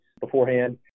beforehand